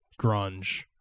grunge